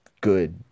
good